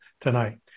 tonight